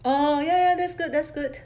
oh ya ya that's good that's good